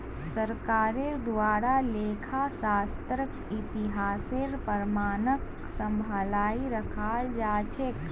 सरकारेर द्वारे लेखा शास्त्रक इतिहासेर प्रमाणक सम्भलई रखाल जा छेक